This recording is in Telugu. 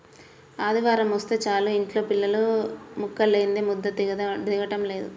ఆదివారమొస్తే చాలు యింట్లో పిల్లలకు ముక్కలేందే ముద్ద దిగటం లేదు